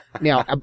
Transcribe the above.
Now